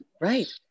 right